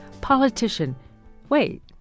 politician-"Wait